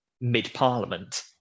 mid-parliament